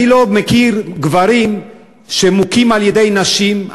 אני לא מכיר גברים שמוכים על-ידי נשים,